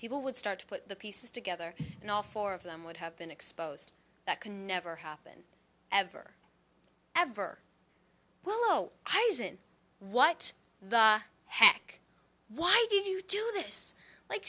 people would start to put the pieces together and all four of them would have been exposed that could never happen ever ever willow i wasn't what the heck why did you do this like